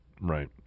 right